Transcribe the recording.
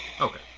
Okay